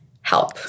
Help